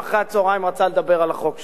ואחרי-הצהריים רצה לדבר על החוק שלו.